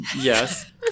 yes